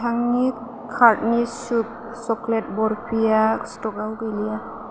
नोंथांनि कार्टनि शुब सक्लेट बरफिया स्टकआव गैलिया